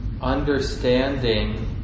understanding